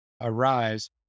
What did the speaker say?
arise